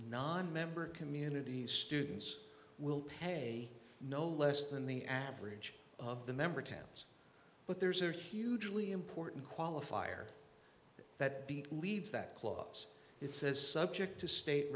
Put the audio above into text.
nonmember communities students will pay no less than the average of the member towns but there's a hugely important qualifier that leaves that clause it says subject to state